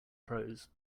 prose